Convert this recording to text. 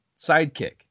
sidekick